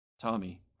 Tommy